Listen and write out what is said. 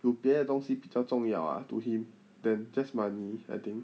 有别的东西比较重要啊 to him than just money I think